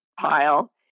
pile